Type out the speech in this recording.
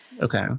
Okay